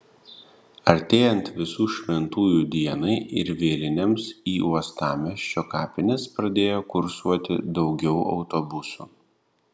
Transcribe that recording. artėjant visų šventųjų dienai ir vėlinėms į uostamiesčio kapines pradėjo kursuoti daugiau autobusų